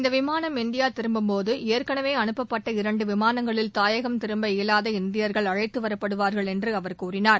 இந்த விமானம் இந்தியா திரும்பும்போது ஏற்களவே அனுப்பப்பட்ட இரண்டு விமானங்களில் தாயகம் திரும்ப இயலாத இந்தியர்கள் அழைத்து வரப்படுவார்கள் என்று அவர் கூறினார்